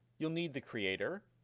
you'll need the creator,